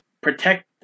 protect